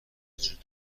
وجود